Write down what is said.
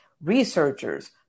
researchers